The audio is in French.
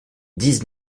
dix